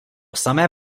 samé